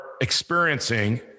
experiencing